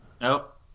Nope